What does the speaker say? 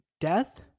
Death